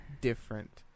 Different